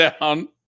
down